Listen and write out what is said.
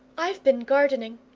i've been gardening,